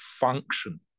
function